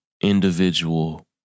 individual